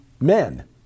men